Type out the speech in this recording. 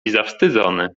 zawstydzony